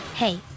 Hey